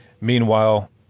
Meanwhile